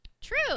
True